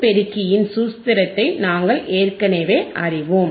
கூட்டு பெருக்கியின் சூத்திரத்தை நாங்கள் ஏற்கனவே அறிவோம்